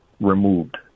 removed